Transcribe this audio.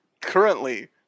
currently